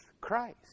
Christ